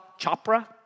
Chopra